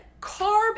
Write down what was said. carb